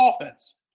offense